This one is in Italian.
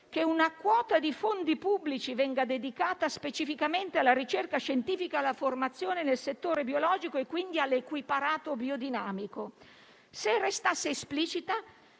che una quota di fondi pubblici venga dedicata specificamente alla ricerca scientifica, alla formazione nel settore biologico e, quindi, all'equiparato biodinamico. Se quest'equiparazione